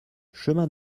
chemin